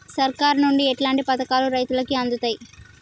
సర్కారు నుండి ఎట్లాంటి పథకాలు రైతులకి అందుతయ్?